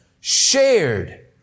shared